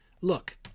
look